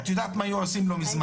את יודעת מה היו עושים לו מזמן.